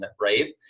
right